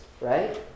right